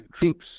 Troops